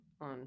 on